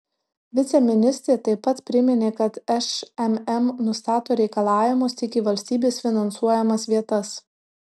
viceministrė taip pat priminė kad šmm nustato reikalavimus tik į valstybės finansuojamas vietas